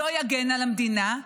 לא יגן על המדינה,